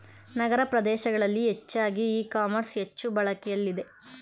ನಗರ ಪ್ರದೇಶಗಳಲ್ಲಿ ಹೆಚ್ಚಾಗಿ e commerce ಹೆಚ್ಚು ಬಳಕೆಲಿದೆ